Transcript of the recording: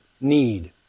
need